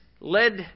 led